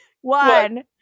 One